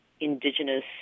indigenous